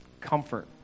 comfort